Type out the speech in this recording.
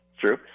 True